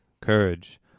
courage